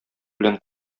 белән